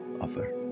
offer